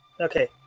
Okay